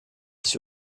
sich